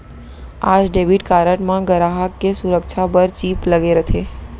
आज debit card म गराहक के सुरक्छा बर चिप लगे रथे